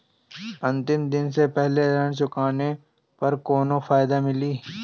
अंतिम दिन से पहले ऋण चुकाने पर कौनो फायदा मिली?